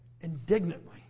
indignantly